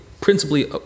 principally